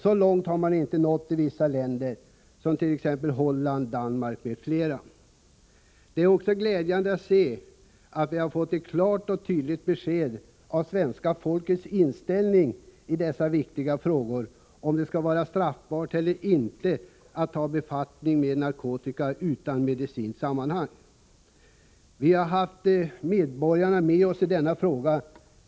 Så långt har man inte nått i vissa länder, t.ex. Holland och Danmark. Det är också glädjande att se att vi har ett klart och tydligt besked om svenska folkets inställning i dessa viktiga frågor, om det skall vara straffbart eller inte att ha befattning med narkotika utan medicinskt sammanhang. Den linje jag företräder har här medborgarna med sig.